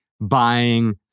buying